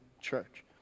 church